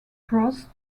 prost